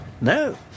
No